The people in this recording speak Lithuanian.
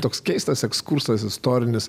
toks keistas ekskursas istorinis